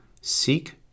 seek